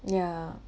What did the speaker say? yeah